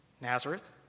Nazareth